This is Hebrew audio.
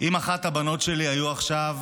אם אחת הבנות שלי הייתה עכשיו